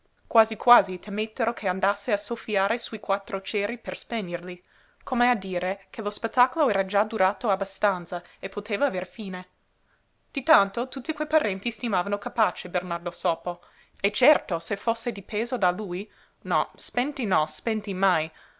quasi quasi temettero che andasse a soffiare sui quattro ceri per spegnerli come a dire che lo spettacolo era già durato abbastanza e poteva aver fine di tanto tutti quei parenti stimavano capace bernardo sopo e certo se fosse dipeso da lui no spenti no spenti mai